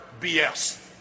BS